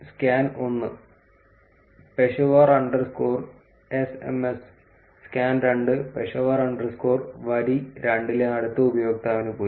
scan 1 Peshawar underscore SMS scan 2 Peshawar underscore വരി 2 ലെ അടുത്ത ഉപയോക്താവിന് പോയി